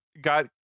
got